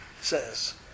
says